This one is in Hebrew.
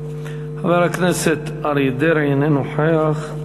חבר הכנסת אריה דרעי, אינו נוכח,